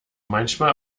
manchmal